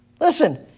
Listen